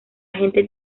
gente